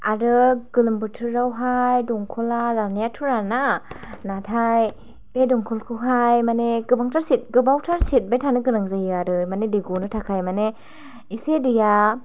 आरो गोलोमबोथोरावहाइ दमकला रान्नाइयाथ' राना नाथाइ बे दमकलखौहाइ माने गोबांथार सेर गोबावथार सेरबाइ थानो गोनां जायो आरो माने दै गनो थाखाइ माने एसे दैआ